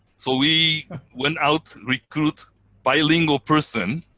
so we went out, recruit bilingual person